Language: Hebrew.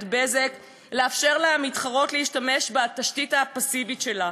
"בזק" לאפשר למתחרות להשתמש בתשתית הפסיבית שלה.